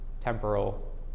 temporal